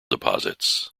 deposits